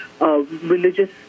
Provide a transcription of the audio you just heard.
religious